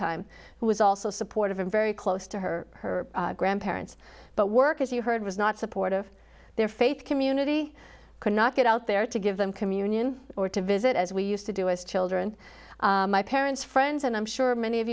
time who was also supportive and very close to her her grandparents but work as you heard was not supportive their faith community cannot get out there to give them communion or to visit as we used to do as children my parents friends and i'm sure many of